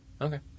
Okay